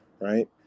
right